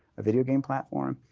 a video game platform,